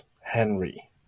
Henry